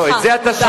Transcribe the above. לא, את זה אתה שכחת.